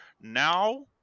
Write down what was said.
Now